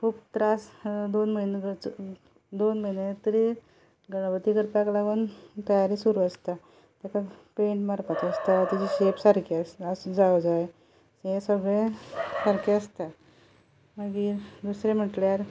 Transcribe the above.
खूब त्रास दोन म्हयने करचे दोन म्हयने तरी गणपती करपाक लागून तयारी सुरू आसता ताका पेंट मारपाचो आसता ताजी शेप सारकी आसना जावं जाय हें सगळें सारकें आसता मागीर दुसरें म्हटल्यार